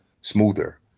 smoother